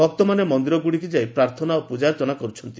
ଭକ୍ତମାନେ ମନ୍ଦିରଗୁଡ଼ିକୁ ଯାଇ ପ୍ରାର୍ଥନା ଓ ପ୍ରଜାର୍ଚ୍ଚନା କର୍ତ୍ଥନ୍ତି